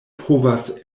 povas